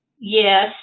Yes